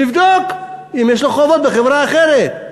לבדוק אם יש לו חובות בחברה אחרת.